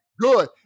good